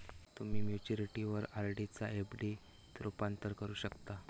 तुम्ही मॅच्युरिटीवर आर.डी चा एफ.डी त रूपांतर करू शकता